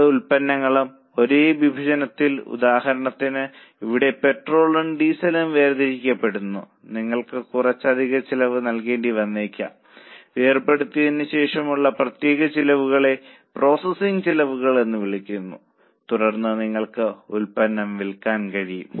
രണ്ട് ഉൽപന്നങ്ങളുടെ ഒരു വിഭജനത്തിൽ ഉദാഹരണത്തിന് ഇവിടെ പെട്രോളും ഡീസലും വേർതിരിക്കപ്പെടുന്നു നിങ്ങൾക്ക് കുറച്ച് അധിക ചിലവ് നൽകേണ്ടി വന്നേക്കാം വേർപെടുത്തിയതിനുശേഷം ഉള്ള പ്രത്യേക ചിലവുകളെ പ്രോസസ്സിംഗ് ചെലവുകൾ എന്ന് വിളിക്കുന്നു തുടർന്ന് നിങ്ങൾക്ക് ഉൽപ്പന്നം വിൽക്കാൻ കഴിയും